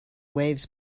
waves